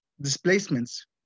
displacements